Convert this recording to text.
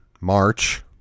March